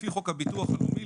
לפי חוק הביטוח הלאומי,